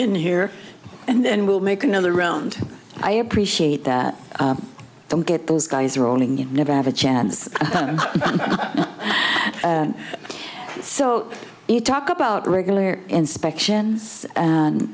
in here and then we'll make another round i appreciate that don't get those guys are owning you never have a chance so you talk about regular inspections